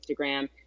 Instagram